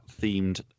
themed